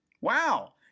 Wow